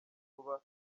vuba